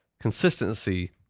consistency